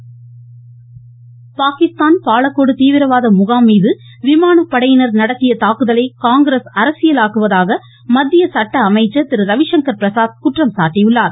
one one Ravishankar Prasad Pakistan Balakot தீவிரவாத முகாம்மீது விமானபடையினர் நடத்திய தாக்குதலை காங்கிரஸ் அரசியலாக்குவதாக மத்திய சட்ட அமைச்சர் திரு ரவிசங்கர் பிரசாத் குற்றம் சாட்டியுள்ளார்